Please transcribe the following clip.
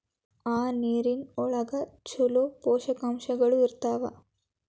ಆ ನೇರಿನ ಒಳಗ ಚುಲೋ ಪೋಷಕಾಂಶಗಳು ಇರ್ತಾವ